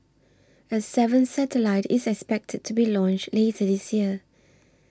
a seventh satellite is expected to be launched later this year